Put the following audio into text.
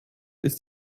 ist